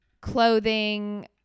clothing